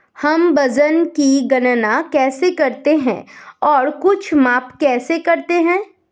हम वजन की गणना कैसे करते हैं और कुछ माप कैसे करते हैं?